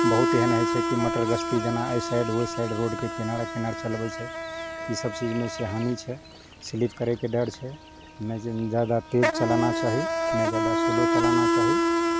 बहुत एहन हइ छै की मटरगश्ती जेना अइ साइड ओइ साइड रोडके किनारे किनारे चलबय छै ईसब सीज नहि छै हानि छै स्लिप करयके डर छै ने जादा तेज चलाना चाही ने जादा स्लो चलना चाही